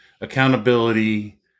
accountability